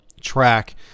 track